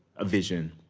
a vision.